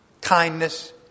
Kindness